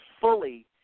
fully